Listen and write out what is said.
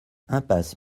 impasse